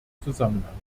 zusammenhang